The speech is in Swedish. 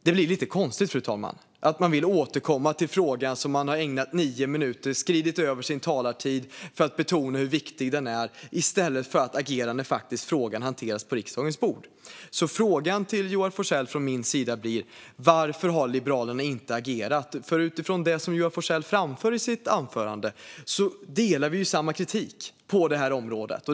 Det blir lite konstigt, fru talman, att man vill återkomma till en fråga som man har ägnat nio minuter åt och där man har överskridit sin talartid för att betona hur viktig den är i stället för att agera när frågan faktiskt hanteras på riksdagens bord. Frågan till Joar Forssell från min sida blir: Varför har Liberalerna inte agerat? Utifrån det som Joar Forssell framför i sitt anförande ser jag att vi har samma kritik på detta område.